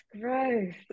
gross